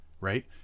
Right